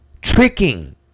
tricking